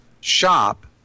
shop